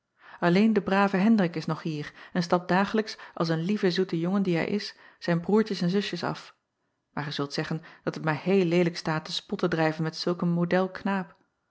lleen de brave endrik is nog hier en stapt dagelijks als een lieve zoete jongen die hij is zijn acob van ennep laasje evenster delen broêrtjes en zusjes af maar gij zult zeggen dat het mij heel leelijk staat den spot te drijven met zulk een